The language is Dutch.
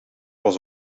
was